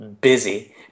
busy